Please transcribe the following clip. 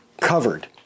covered